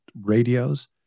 radios